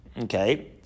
Okay